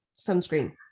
sunscreen